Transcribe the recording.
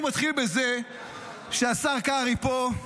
הוא מתחיל בזה שהשר קרעי פה,